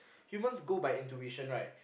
humans go by intuition right